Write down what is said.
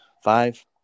five